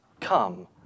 come